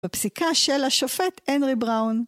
בפסיקה של השופט הנרי בראון